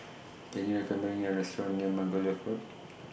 Can YOU recommend Me A Restaurant near Margoliouth Road